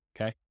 Okay